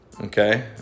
okay